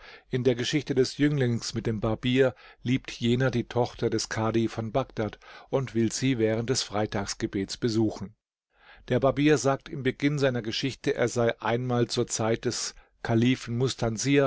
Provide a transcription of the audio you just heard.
in der geschichte des jünglings mit dem barbier liebt jener die tochter des kadhi von bagdad und will sie während des freitagsgebets besuchen der barbier sagt im beginn seiner geschichte er sei einmal zur zeit des kalifen